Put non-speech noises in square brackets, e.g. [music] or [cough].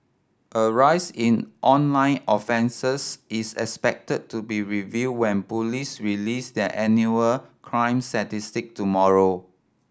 a rise in online offences is expected to be revealed when police release their annual crime [unintelligible] tomorrow